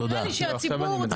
נראה לי שהציבור זכאי לדעת.